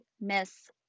miss